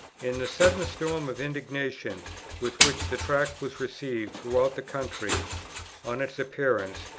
in the sudden storm of indignation with which the tract was received throughout the country on its appearance,